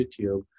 YouTube